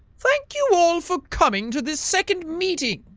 thank you all for coming to this second meeting,